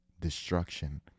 destruction